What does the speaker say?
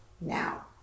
now